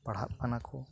ᱯᱟᱲᱦᱟᱜ ᱠᱟᱱᱟ ᱠᱚ